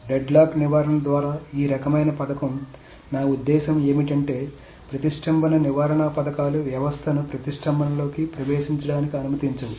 deadlock నివారణ ద్వారా ఈ రకమైన పథకంనా ఉద్దేశ్యం ఏమిటంటే ప్రతిష్టంభన నివారణ పథకాలు వ్యవస్థను ప్రతిష్టంభన లోకి ప్రవేశించడానికి అనుమతించవు